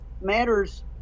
matters